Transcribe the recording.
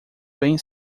bem